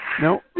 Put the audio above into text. No